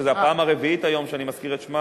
שזו הפעם הרביעית היום שאני מזכיר את שמה